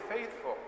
faithful